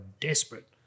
desperate